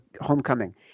homecoming